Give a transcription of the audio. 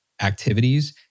activities